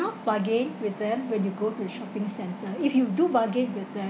bargain with them when you go to shopping center if you do bargain with them